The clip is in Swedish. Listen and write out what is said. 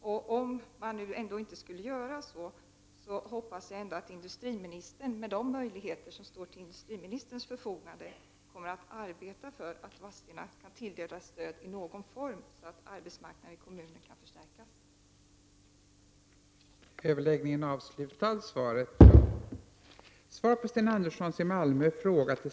Även om man inte skulle göra det, hoppas jag att industriministern med de möjligheter som han har kommer att arbeta för att Vadstena kommer att tilldelas stöd i någon form, så att arbetsmarknaden i Vadstena kommun kan förstärkas.